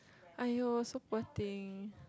!aiyo! so poor thing